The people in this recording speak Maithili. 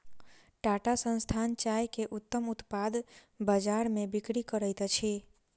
टाटा संस्थान चाय के उत्तम उत्पाद बजार में बिक्री करैत अछि